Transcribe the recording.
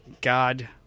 God